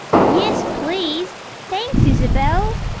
yes please! thanks isabelle!